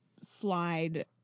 slide